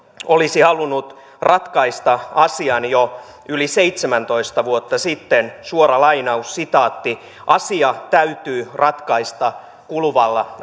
olisi halunnut ratkaista asian jo yli seitsemäntoista vuotta sitten suora lainaus sitaatti asia täytyy ratkaista kuluvalla